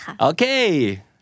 Okay